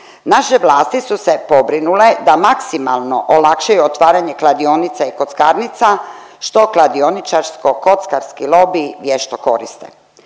Naše vlasti su se pobrinule da maksimalno olakšaju otvaranje kladionica i kockarnica što kladioničarsko-kockarski lobi vješto koriste.